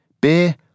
Beer